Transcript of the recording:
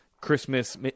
christmas